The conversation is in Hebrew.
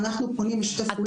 אנחנו פונים לשיתוף פעולה.